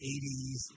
80s